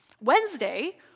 Wednesday